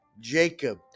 Jacob